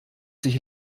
sich